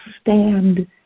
stand